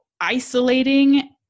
isolating